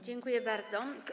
Dziękuję bardzo.